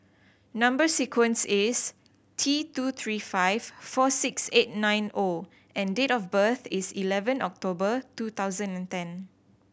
number sequence is T two three five four six eight nine O and date of birth is eleven October two thousand and ten